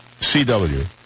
CW